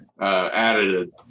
added